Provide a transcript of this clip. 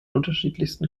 unterschiedlichsten